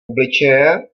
obličeje